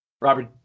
Robert